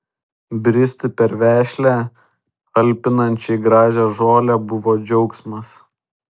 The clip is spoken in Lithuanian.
bristi per vešlią alpinančiai gražią žolę buvo džiaugsmas